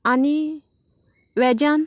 आनी वेजांत